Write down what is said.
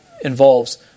involves